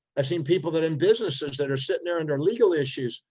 i've seen people that are in businesses that are sitting there under legal issues,